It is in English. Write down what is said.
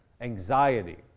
anxiety